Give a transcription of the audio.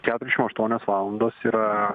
keturiasdešim aštuonios valandos yra